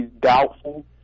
doubtful